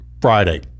Friday